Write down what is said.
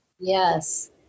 Yes